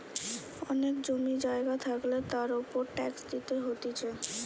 অনেক জমি জায়গা থাকলে তার উপর ট্যাক্স দিতে হতিছে